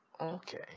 okay